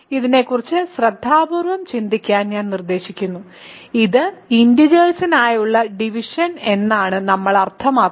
ഇതിനെക്കുറിച്ച് ശ്രദ്ധാപൂർവ്വം ചിന്തിക്കാൻ ഞാൻ നിർദ്ദേശിക്കുന്നു ഇത് ഇന്റിജേഴ്സിനായുള്ള ഡിവിഷൻ എന്നാണ് നമ്മൾ അർത്ഥമാക്കുന്നത്